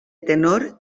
tenor